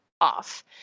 off